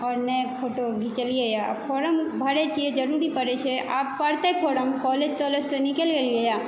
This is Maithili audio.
न फोटो घीचलियै हँ फॉर्म भरै छी जरूरी परै छै आब परतै फॉर्म कॉलेज तालेजसँ निकलि गेलियै हँ